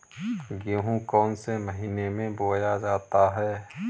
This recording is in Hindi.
गेहूँ कौन से महीने में बोया जाता है?